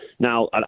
Now